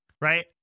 Right